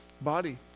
body